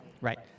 Right